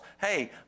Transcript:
hey